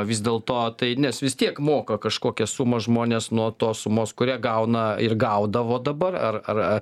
vis dėlto tai nes vis tiek moka kažkokią sumą žmonės nuo tos sumos kurią gauna ir gaudavo dabar ar ar a